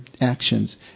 actions